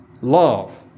love